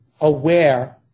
aware